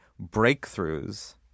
breakthroughs